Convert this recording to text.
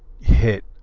hit